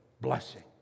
blessing